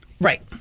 Right